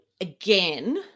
again